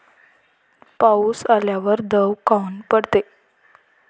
पाऊस आल्यावर दव काऊन पडते?